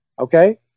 Okay